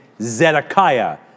Zedekiah